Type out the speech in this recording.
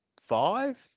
five